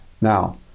Now